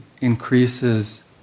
increases